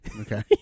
Okay